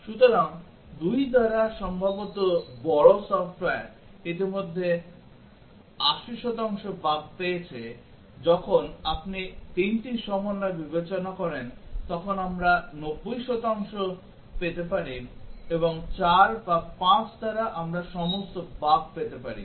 সুতরাং 2 দ্বারা সম্ভবত বড় সফ্টওয়্যার ইতিমধ্যে 80 শতাংশ বাগ পেয়েছে যখন আপনি 3 টি সমন্বয় বিবেচনা করেন তখন আমরা 90 শতাংশ পেতে পারি এবং 4 বা 5 দ্বারা আমরা সমস্ত বাগ পেতে পারি